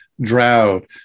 drought